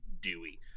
Dewey